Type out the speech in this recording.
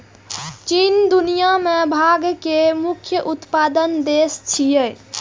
चीन दुनिया मे भांग के मुख्य उत्पादक देश छियै